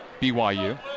BYU